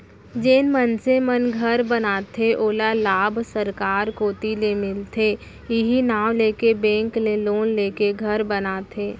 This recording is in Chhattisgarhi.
जेन मनसे मन घर बनाथे ओला लाभ सरकार कोती ले मिलथे इहीं नांव लेके बेंक ले लोन लेके घर बनाथे